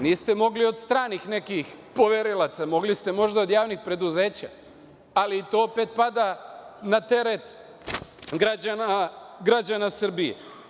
Niste mogli od stranih nekih poverilaca, mogli ste možda od javnih preduzeća, ali i to opet pada na teret građana Srbije.